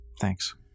Thanks